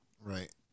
right